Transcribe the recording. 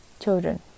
children